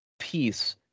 peace